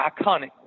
iconic